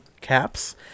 caps